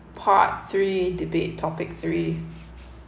part three debate topic three